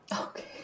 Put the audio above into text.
Okay